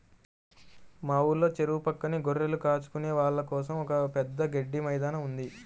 మా ఊర్లో చెరువు పక్కనే గొర్రెలు కాచుకునే వాళ్ళ కోసం ఒక పెద్ద గడ్డి మైదానం ఉంది